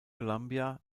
columbia